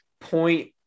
point